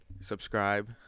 subscribe